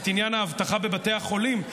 את עניין האבטחה בבתי החולים.